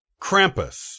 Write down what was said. Krampus